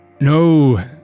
No